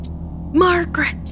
Margaret